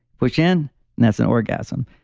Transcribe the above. push in and that's an orgasm.